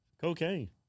cocaine